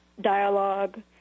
dialogue